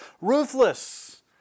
ruthless